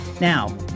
Now